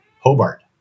Hobart